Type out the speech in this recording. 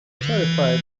terrified